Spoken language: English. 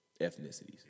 ethnicities